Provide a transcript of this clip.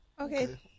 Okay